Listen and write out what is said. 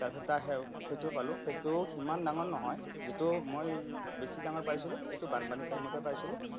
তাৰপিছত সেইটো পালোঁ সেইটো সিমান ডাঙৰ নহয় যিটো মই বেছি ডাঙৰ পাইছিলোঁ এইটো বানপানী টাইমতেই পাইছিলোঁ